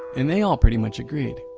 and they all pretty much agreed,